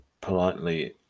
politely